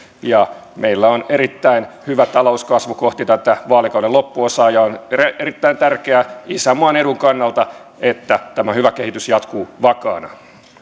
meillä on erittäin hyvä talouskasvu kohti vaalikauden loppuosaa ja on erittäin tärkeää isänmaan edun kannalta että tämä hyvä kehitys jatkuu vakaana